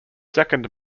second